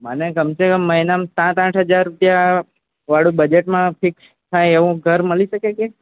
મને કમ સે કમ મહિનામાં સાત આંઠ હજાર રૂપિયા વાળું બજેટમાં ફિક્સ થાય એવું ઘર મલી શકે કે